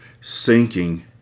sinking